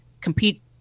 compete